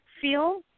feel